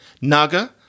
naga